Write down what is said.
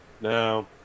Now